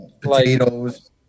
Potatoes